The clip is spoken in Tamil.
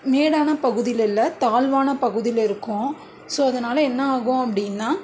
மேடான பகுதியில இல்லை தாழ்வான பகுதியில் இருக்கோம் ஸோ அதனால் என்ன ஆகும் அப்படின்னா